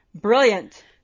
brilliant